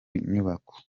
nyubako